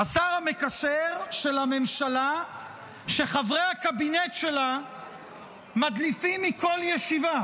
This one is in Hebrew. השר המקשר של הממשלה שחברי הקבינט שלה מדליפים מכל ישיבה.